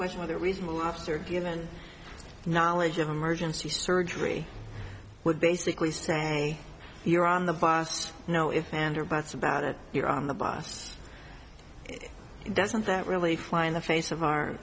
question of the reasonable lobster given knowledge of emergency surgery would basically say you're on the fast no if ands or buts about it you're on the bus doesn't that really fly in the face of our